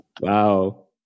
Wow